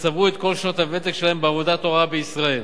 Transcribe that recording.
צברו את כל שנות הוותק שלהם בעבודת הוראה בישראל,